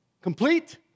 Complete